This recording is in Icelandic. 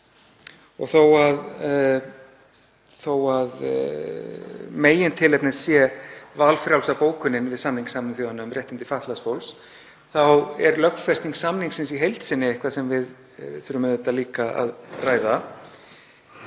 Þó að megintilefnið sé valfrjálsa bókunin við samning Sameinuðu þjóðanna um réttindi fatlaðs fólks er lögfesting samningsins í heild sinni eitthvað sem við þurfum líka að ræða.